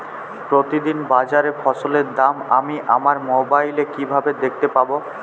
প্রতিদিন বাজারে ফসলের দাম আমি আমার মোবাইলে কিভাবে দেখতে পাব?